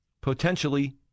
Potentially